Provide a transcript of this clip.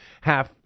half